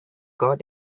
got